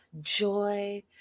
joy